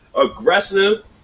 Aggressive